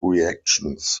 reactions